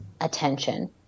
attention